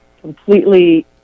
completely